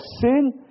sin